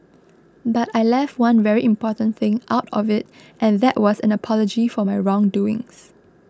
but I left one very important thing out of it and that was an apology for my wrong doings